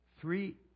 Three